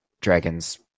Dragons